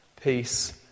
peace